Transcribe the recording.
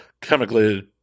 chemically